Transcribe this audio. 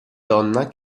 donna